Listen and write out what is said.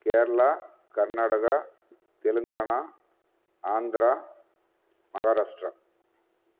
Kerala Karnataka Telangana Andhra Maharashtra